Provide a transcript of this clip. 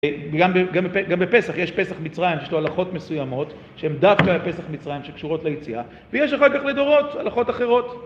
גם בפסח יש פסח מצרים שיש לו הלכות מסוימות שהן דווקא פסח מצרים שקשורות ליציאה ויש אחר כך לדורות הלכות אחרות